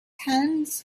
hands